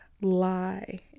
lie